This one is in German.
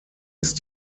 ist